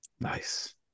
nice